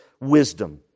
wisdom